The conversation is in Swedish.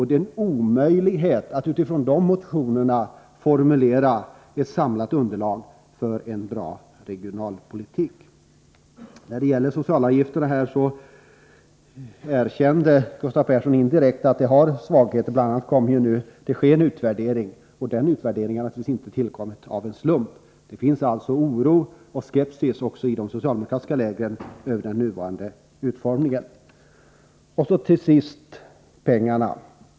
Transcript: Det är en omöjlighet att utifrån de motionerna formulera ett samlat underlag för en bra regionalpolitik. När det gäller socialavgifterna erkände Gustav Persson indirekt att det finns svagheter. Bl. a. sker det nu en utvärdering, och den har naturligtvis inte tillkommit av en slump. Det finns alltså oro och skepsis också i de socialdemokratiska leden när det gäller den nuvarande utformningen. Så till sist pengarna.